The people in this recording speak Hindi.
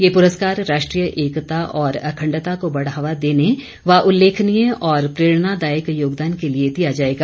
यह पुरस्कार राष्ट्रीय एकता और अखंडता को बढ़ावा देने व उल्लेखनीय तथा प्रेरणादायक योगदान के लिए दिया जाएगा